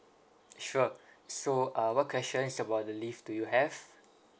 sure so uh what questions about the leave do you have